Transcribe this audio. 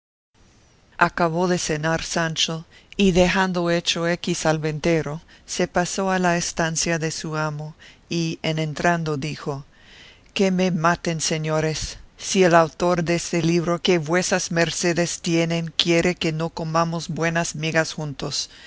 acabó de cenar sancho y dejando hecho equis al ventero se pasó a la estancia de su amo y en entrando dijo que me maten señores si el autor deste libro que vuesas mercedes tienen quiere que no comamos buenas migas juntos